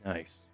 Nice